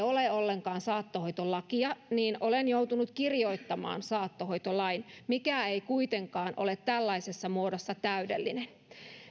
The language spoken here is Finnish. ole ollenkaan saattohoitolakia niin olen joutunut kirjoittamaan saattohoitolain mikä ei kuitenkaan ole tällaisessa muodossa täydellinen